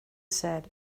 said